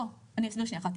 לא, אני אסביר שנייה אחת.